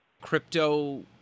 crypto